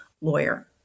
lawyer